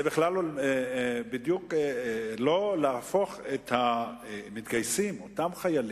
זה לא להפוך את המתגייסים, אותם חיילים,